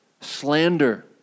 slander